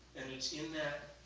and it's in that